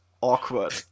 awkward